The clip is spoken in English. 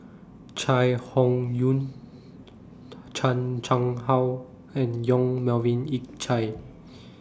Chai Hon Yoong Chan Chang How and Yong Melvin Yik Chye